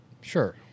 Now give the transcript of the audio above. Sure